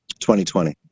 2020